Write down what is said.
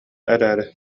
эрээри